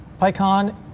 PyCon